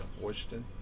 Washington